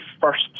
first